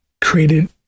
created